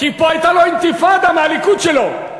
כי פה הייתה לו אינתיפאדה מהליכוד שלו.